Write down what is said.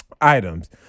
Items